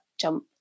jump